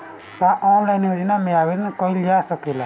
का ऑनलाइन योजना में आवेदन कईल जा सकेला?